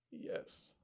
yes